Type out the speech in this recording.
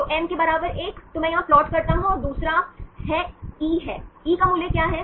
तो एम के बराबर 1 तो मैं यहां प्लाट करता हूं और दूसरा ई है ई का मूल्य क्या है